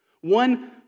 One